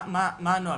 מה הנוהל?